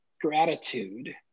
gratitude